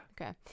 Okay